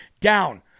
down